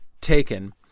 taken